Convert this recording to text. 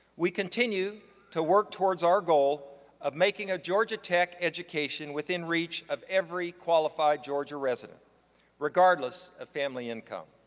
we continue to work towards our goal of making a georgia tech education within reach of every qualified georgia resident regardless of family income.